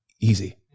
easy